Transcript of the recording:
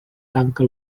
tanca